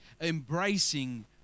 embracing